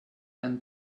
and